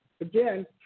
Again